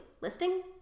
Listing